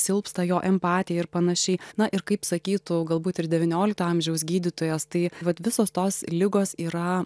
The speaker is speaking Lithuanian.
silpsta jo empatija ir panašiai na ir kaip sakytų galbūt ir devyniolikto amžiaus gydytojas tai vat visos tos ligos yra